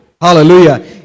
Hallelujah